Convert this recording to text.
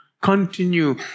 continue